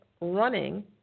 running